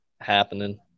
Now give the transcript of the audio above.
happening